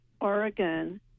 Oregon